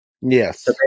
Yes